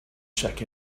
check